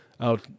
out